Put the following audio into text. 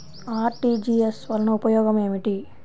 RTGS వలన ఉపయోగం ఏమిటీ?